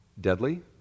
deadly